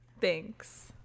thanks